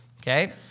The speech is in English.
Okay